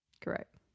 Correct